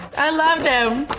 i love them.